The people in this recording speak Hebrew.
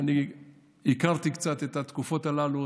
אני הכרתי קצת את התקופות הללו,